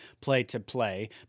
play-to-play